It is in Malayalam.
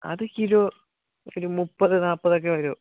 അത് കിലോ ഒരു മുപ്പത് നാൽപ്പതെക്കെ വരൂ